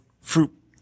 fruit